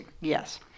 yes